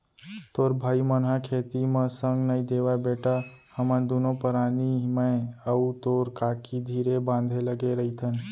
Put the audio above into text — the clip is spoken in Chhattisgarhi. तोर भाई मन ह खेती म संग नइ देवयँ बेटा हमन दुनों परानी मैं अउ तोर काकी धीरे बांधे लगे रइथन